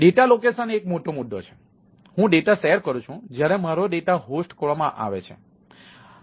data location એ એક મોટો મુદ્દો છે હું ડેટા શેર કરું છું જ્યાં મારો ડેટા હોસ્ટ કરવામાં આવે છે